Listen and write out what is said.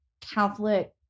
Catholic